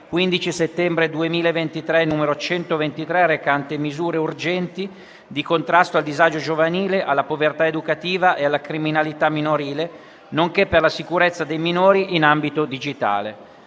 15 settembre 2023, n. 123, recante misure urgenti di contrasto al disagio giovanile, alla povertà educativa e alla criminalità minorile, nonché per la sicurezza dei minori in ambito digitale;